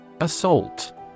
Assault